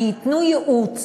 וייתנו ייעוץ.